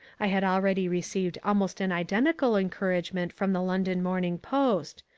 i had already received almost an identical encouragement from the london morning post,